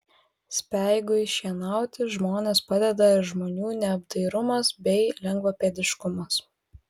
speigui šienauti žmones padeda ir žmonių neapdairumas bei lengvapėdiškumas